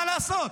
מה לעשות?